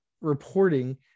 reporting